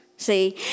See